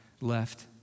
left